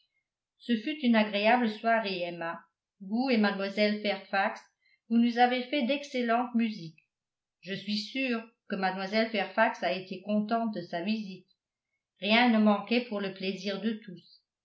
ce fut une agréable soirée emma vous et mlle fairfax vous nous avez fait d'excellente musique je suis sûr que mlle fairfax a été contente de sa visite rien ne manquait pour le plaisir de tous